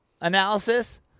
analysis